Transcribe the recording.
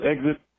exit